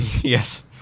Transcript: Yes